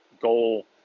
Goal